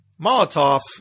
Molotov